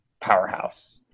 powerhouse